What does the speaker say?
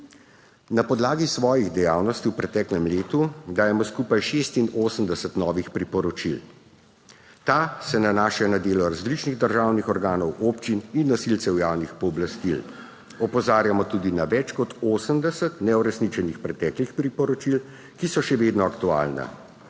Na podlagi svojih dejavnosti v preteklem letu dajemo skupaj 86 novih priporočil. Ta se nanaša na delo različnih državnih organov, občin in nosilcev javnih pooblastil. Opozarjamo tudi na več kot 80 neuresničenih preteklih priporočil, ki so še vedno aktualna.